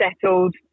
settled